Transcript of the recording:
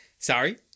Sorry